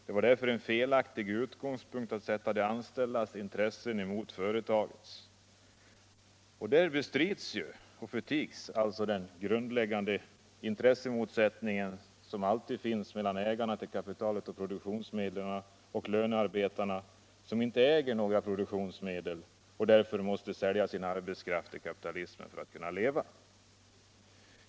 Det är därför en felaktig utgångspunkt att sätta de anställdas intressen mot företagets.” Där bestrids och förtigs alltså den grundläggande intressemotsättning som alltid finns mellan ägarna till kapitalet, produktionsmedlen, och lönearbetarna som inte äger några produktionsmedel och därför måste sälja sin arbetskraft till kapitalisten för att kunna leva.